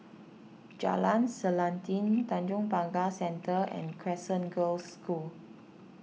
Jalan Selanting Tanjong Pagar Centre and Crescent Girls' School